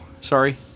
sorry